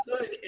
good